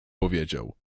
powiedział